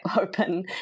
open